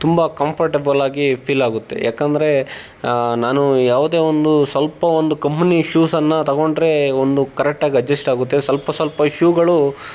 ತುಂಬ ಕಂಫರ್ಟೆಬಲಾಗಿ ಫೀಲಾಗುತ್ತೆ ಯಾಕೆಂದ್ರೆ ನಾನು ಯಾವುದೇ ಒಂದು ಸ್ವಲ್ಪ ಒಂದು ಕಂಪನಿ ಶೂಸನ್ನು ತಗೊಂಡ್ರೆ ಒಂದು ಕರೆಕ್ಟಾಗಿ ಅಜ್ಜಶ್ಟ್ ಆಗುತ್ತೆ ಸ್ವಲ್ಪ ಸ್ವಲ್ಪ ಶೂಗಳು